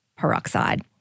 peroxide